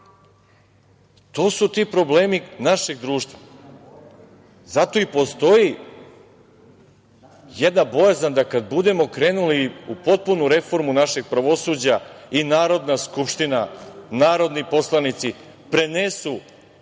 su ti problemi našeg društva. Zato i postoji jedna bojazan da kada budemo krenuli u potpunu reformu našeg pravosuđa i Narodna skupština, narodni poslanici prenesu